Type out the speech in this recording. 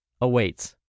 awaits